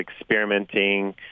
experimenting